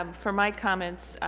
um for my comments